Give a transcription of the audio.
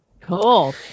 cool